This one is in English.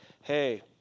hey